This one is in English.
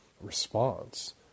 response